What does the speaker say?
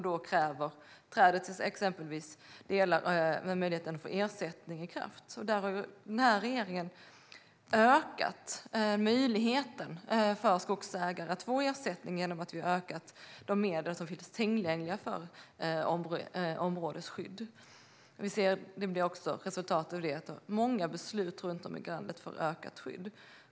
Då träder möjligheten att få ersättning i kraft, och denna regering har ökat möjligheten för skogsägare att få ersättning genom att vi har ökat de medel som finns tillgängliga för områdesskydd. Resultatet av det blir också många beslut runt om i landet för ökad skydd.